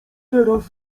teraz